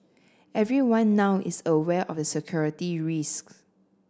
everyone now is aware of the security risk